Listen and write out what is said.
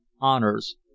honors